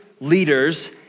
leaders